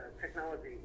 technology